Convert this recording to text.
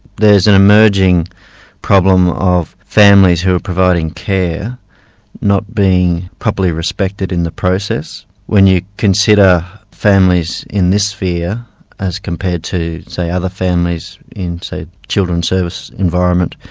there's an emerging problem of families who are providing care not being properly respected in the process when you consider familles in this sphere as compared to, say other families in, say, children's services environment,